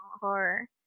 horror